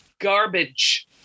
garbage